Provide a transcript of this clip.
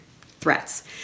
threats